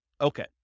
Okay